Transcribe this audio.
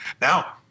Now